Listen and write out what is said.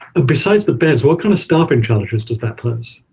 ah besides the beds, what kind of staffing shortages does that pose?